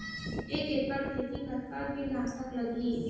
एक एकड़ खेती कतका किट नाशक लगही?